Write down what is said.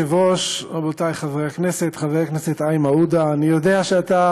עודה, אני יודע שאתה